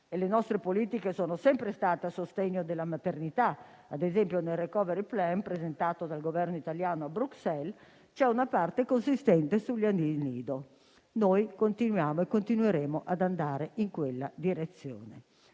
le nostre politiche sono sempre state a sostegno della maternità. Ad esempio, nel *recovery plan* presentato dal Governo italiano a Bruxelles, c'è una parte consistente sugli asili nido. Noi continuiamo e continueremo ad andare in quella direzione.